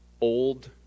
old